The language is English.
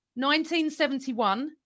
1971